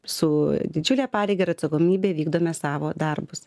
su didžiule pareiga ir atsakomybė vykdome savo darbus